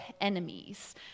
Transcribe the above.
enemies